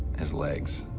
his legs,